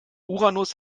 uranus